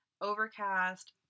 Overcast